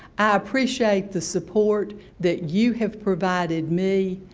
i appreciate the support that you have provided me,